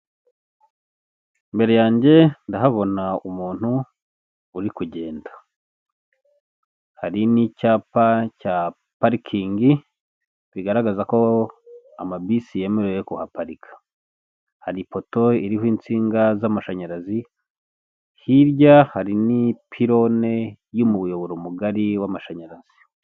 Imbere yanjye ndahabona umuntu uri kugenda hari n'icyapa cya parikingi bigaragaza ko amabisi yemerewe kuhaparika, hari ipoto iriho insinga z'amashanyarazi hirya hari n'pirone y'umuyoboro mugari w'amashanyarazi.